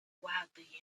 wildly